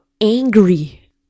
angry